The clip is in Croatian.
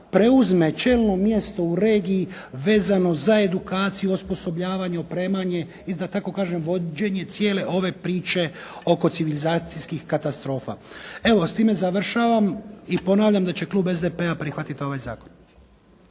preuzme čelno mjesto u regiji vezano za edukaciju, osposobljavanje, opremanje i, da tako kažem vođenje cijele ove priče oko civilizacijskih katastrofa. Evo, s time završavam i ponavljam da će klub SDP-a prihvatiti ovaj zakon.